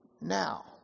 Now